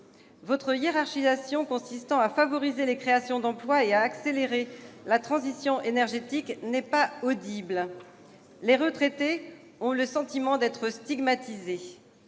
Votre hiérarchisation consistant à favoriser les créations d'emploi et à accélérer la transition énergétique n'est pas audible. Les retraités ont le sentiment d'être stigmatisés,